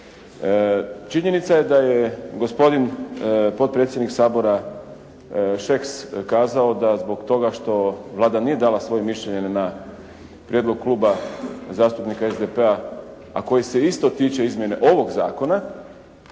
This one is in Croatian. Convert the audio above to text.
činjenica je da je gospodin potpredsjednik Sabora Šeks kazao da zbog toga što Vlada nije dala svoje mišljenje na prijedlog kluba zastupnika SDP-a, a koji se isto tiče izmjene ovog zakona